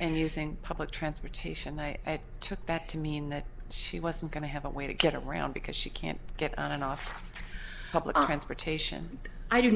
and using public transportation i took that to mean that she wasn't going to have a way to get around because she can't get on and off